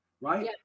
right